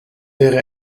wäre